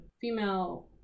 female